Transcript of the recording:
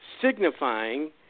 signifying